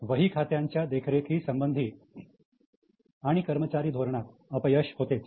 वही खात्यांच्या देखरेखी संबंधी आणि कर्मचारी धोरणात अपयश होतेच